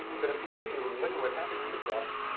but empirically, when you look at what happens to crops,